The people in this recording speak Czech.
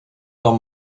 tom